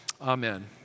Amen